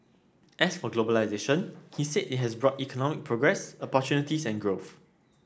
as for globalisation he said it has brought economic progress opportunities and growth